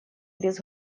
без